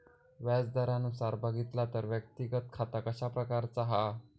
व्याज दरानुसार बघितला तर व्यक्तिगत खाता कशा प्रकारचा हा?